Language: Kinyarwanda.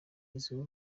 izwi